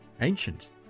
ancient